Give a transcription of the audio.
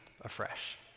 afresh